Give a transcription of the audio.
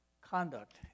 conduct